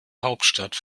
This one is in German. hauptstadt